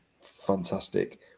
fantastic